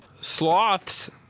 Sloths